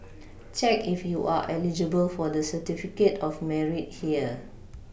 check if you are eligible for the certificate of Merit here